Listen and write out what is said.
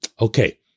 Okay